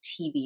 TV